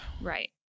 right